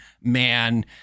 man